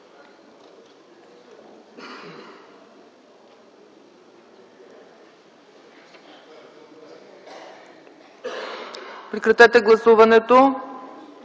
Прекратете гласуването!